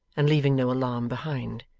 and leaving no alarm behind.